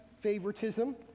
favoritism